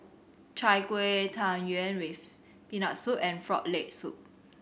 Chai Kuih Tang Yuen with Peanut Soup and Frog Leg Soup